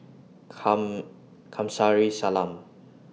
Kamsari Salam